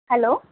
hello